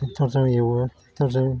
ट्रेक्टरजों एवो ट्रेक्टरजों